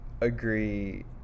agree